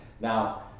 Now